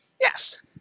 Yes